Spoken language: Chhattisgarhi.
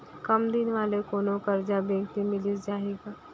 कम दिन वाले कोनो करजा बैंक ले मिलिस जाही का?